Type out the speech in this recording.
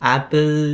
Apple